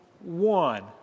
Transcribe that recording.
one